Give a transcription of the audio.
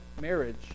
marriage